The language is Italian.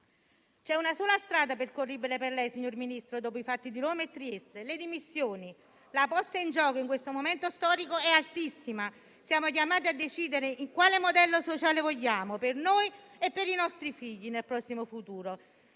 C'è una sola strada percorribile per lei, signor Ministro, dopo i fatti di Roma e Trieste: le dimissioni. La posta in gioco in questo momento storico è altissima: siamo chiamati a decidere quale modello sociale vogliamo per noi e per i nostri figli nel prossimo futuro